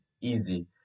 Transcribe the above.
easy